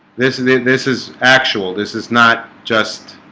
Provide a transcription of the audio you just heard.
this is it this is actual this is not just